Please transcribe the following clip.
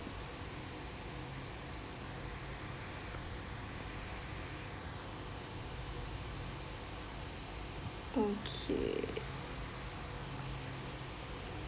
okay